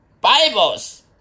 Bibles